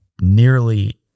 nearly